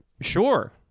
sure